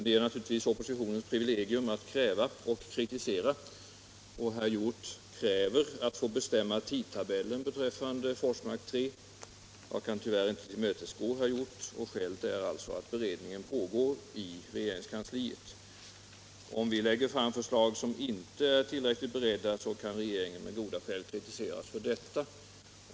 Det är givetvis oppositionens privilegium att kräva och kritisera, och herr Hjorth kräver att få bestämma tidtabellen beträffande Forsmark 3. Jag kan tyvärr inte tillmötesgå herr Hjorth. Skälet är alltså att beredning pågår i regeringskansliet. Om regeringen lägger fram förslag som inte är tillräckligt beredda kan den med goda skäl kritiseras för detta.